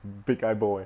big eyeball eh